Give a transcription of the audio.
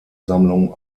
sammlung